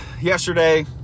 yesterday